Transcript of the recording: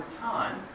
time